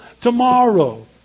tomorrow